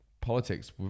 politics